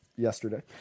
Yesterday